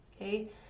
okay